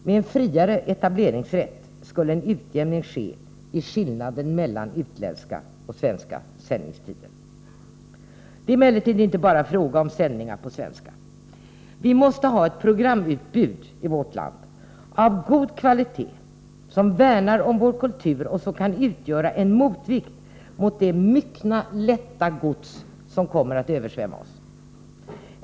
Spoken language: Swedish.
Med en friare etableringsrätt skulle kanske en utjämning ske i skillnaden mellan utländska och svenska sändningstider. Det är emellertid inte bara fråga om sändningar på svenska. Vi måste i vårt land ha ett programutbud av god kvalitet, som värnar om vår kultur och som kan utgöra en motvikt mot det myckna lätta gods som kommer att översvämma oss.